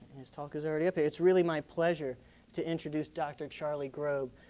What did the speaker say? his talk is already up here. it's really my pleasure to introduce dr. charlie grob.